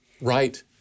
Right